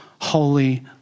holy